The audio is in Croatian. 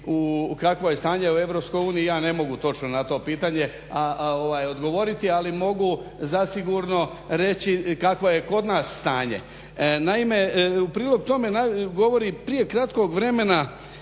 kakvo je stanje u EU ja ne mogu točno na to pitanje odgovoriti, ali mogu zasigurno reći kakvo je kod nas stanje. Naime, u prilog tome govori prije kratkog vremena